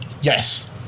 Yes